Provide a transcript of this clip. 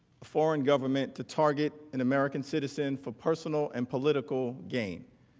foreign government to target an american citizen for personal and political gain.